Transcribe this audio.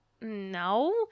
No